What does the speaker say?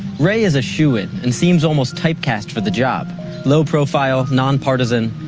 wray is a shoo-in and seems almost typecast for the job low-profile, non-partisan,